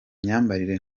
myambarire